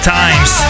times